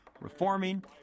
reforming